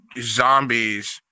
zombies